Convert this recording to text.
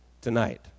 tonight